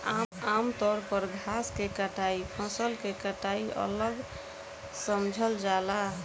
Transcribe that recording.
आमतौर पर घास के कटाई फसल के कटाई अलग समझल जाला